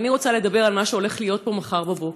ואני רוצה לדבר על מה שהולך להיות פה מחר בבוקר.